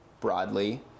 broadly